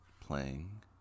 Playing